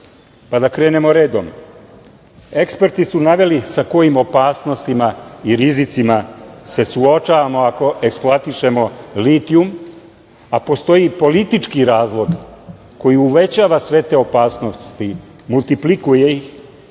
Da krenemo redom. Eksperti su naveli sa kojim opasnostima i rizicima se suočavamo ako eksploatišemo litijum, a postoji i politički razlog koji uvećava sve te opasnosti, multiplikuje ih,